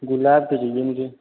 गुलाब के चाहिए मुझे